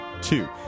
two